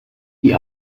die